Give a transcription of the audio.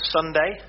Sunday